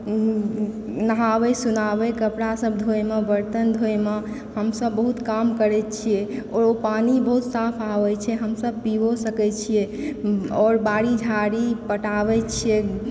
नहाबै सुनाबै कपड़ा सब धोय मे बर्तन धोय मे हमसब बहुत काम करै छियै ओ पानि बहुत साफ़ आबै छै हमसब पीबिओ सकै छियै आओर बारी झाड़ी पटाबै छियै